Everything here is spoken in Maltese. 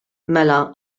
mela